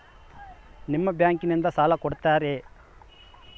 ನಿಮ್ಮ ಬ್ಯಾಂಕಿನಿಂದ ಸಾಲ ಕೊಡ್ತೇರಾ?